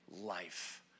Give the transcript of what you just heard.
life